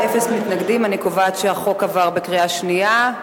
קובעת שהחוק עבר בקריאה שנייה.